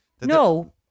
No